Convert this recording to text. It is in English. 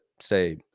say